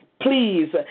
Please